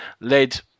led